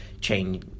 change